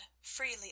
freely